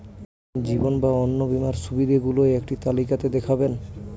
জীবন বা অন্ন বীমার সুবিধে গুলো একটি তালিকা তে দেখাবেন?